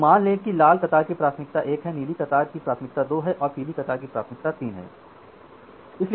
तो मान लें कि लाल कतार की प्राथमिकता 1 है नीली कतार की प्राथमिकता 2 है और पीली कतार की प्राथमिकता 3 है